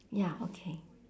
ya okay